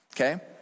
okay